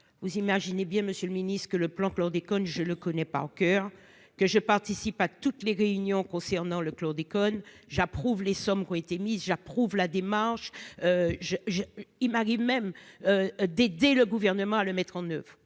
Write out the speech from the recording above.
vous imaginez bien, Monsieur le Ministre, que le plan chlordécone, je le connais pas au coeur que je participe à toutes les réunions concernant le chlordécone j'approuve les sommes qui ont été mises, j'approuve la démarche je, je, il m'arrive même d'aider le gouvernement à le mettre en oeuvre,